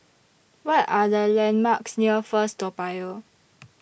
What Are The landmarks near First Toa Payoh